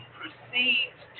proceeds